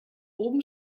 oben